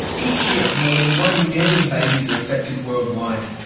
each year more than one million babies are affected worldwide,